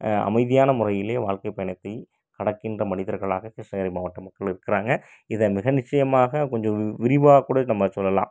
அமைதியான முறையிலேயே வாழ்க்கை பயணத்தை கடக்கின்ற மனிதர்களாக கிருஷ்ணகிரி மாவட்டம் மக்கள் இருக்கிறாங்க இதை மிக நிச்சயமாக கொஞ்சம் விரிவாக கூட நம்ம சொல்லலாம்